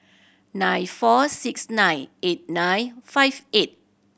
nine four six nine eight nine five eight